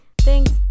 thanks